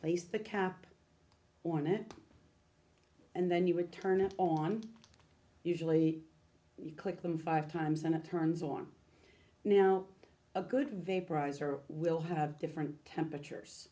place the cap on it and then you would turn it on usually you click them five times and it turns on now a good vaporizer will have different temperatures